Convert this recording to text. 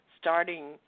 starting –